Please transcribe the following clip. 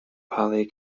pali